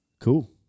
Cool